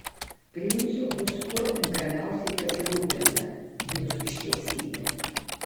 princu bus kuo tinkamiausiai pasirūpinta jūsų šviesybe